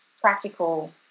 practical